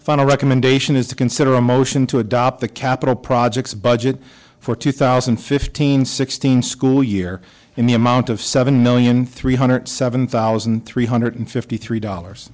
final recommendation is to consider a motion to adopt the capital projects budget for two thousand and fifteen sixteen school year in the amount of seven million three hundred seven thousand three hundred fifty three dollars